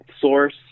source